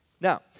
Now